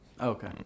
Okay